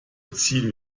ziehen